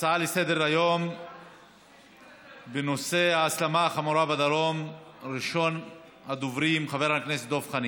לסדר-היום בנושא: דבריו החמורים של ראש ממשלת פולין